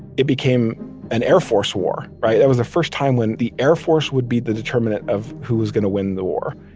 it became an air force war, right? that was the first time when the air force would be the determinant of who was going to win the war,